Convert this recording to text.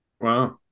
Wow